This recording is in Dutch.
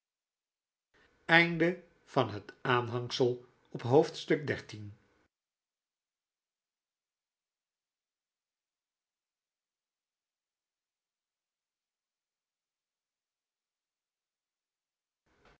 eindb van het aanhangsel op